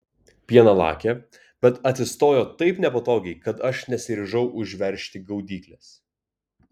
pieną lakė bet atsistojo taip nepatogiai kad aš nesiryžau užveržti gaudyklės